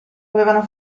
avevano